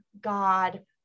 God